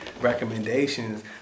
recommendations